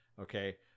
Okay